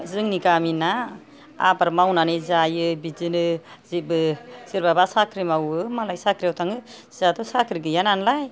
जोंनि गामिना आबाद मावनानै जायो बिदिनो जेबो सोरबा बा साख्रि मावो मालाय साख्रियाव थाङो जोंहाथ' साख्रि गैया नालाय